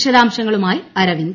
വിശദാംശങ്ങളുമായി അരവിന്ദ്